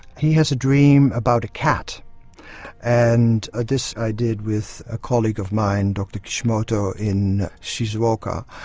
he has a dream about a cat and ah this i did with a colleague of mine, dr kishimoto in shizuoka.